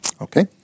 Okay